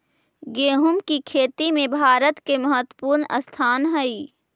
गोहुम की खेती में भारत के महत्वपूर्ण स्थान हई